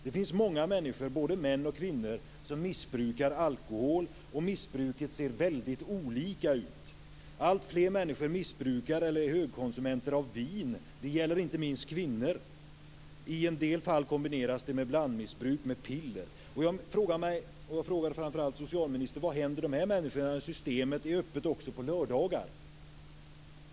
Det finns många människor, både män och kvinnor, som missbrukar alkohol, och missbruket ser väldigt olika ut. Alltfler människor missbrukar, eller är högkonsumenter av, vin. Det gäller inte minst kvinnor. I en del fall kombineras detta med blandmissbruk med piller. Systemet är öppet också på lördagar?